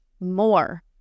more